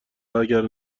اگر